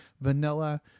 vanilla